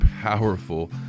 powerful